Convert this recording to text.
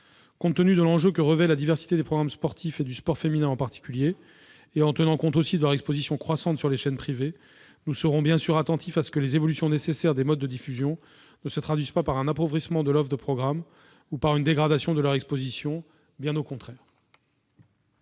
Compte tenu de l'enjeu que revêt la diversité des programmes sportifs et du sport féminin en particulier, et en tenant compte aussi de leur exposition croissante sur les chaînes privées, nous serons bien sûr attentifs à ce que les évolutions nécessaires des modes de diffusion ne se traduisent pas par un appauvrissement de l'offre de programmes ou par une dégradation de leur exposition, bien au contraire.